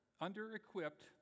under-equipped